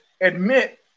admit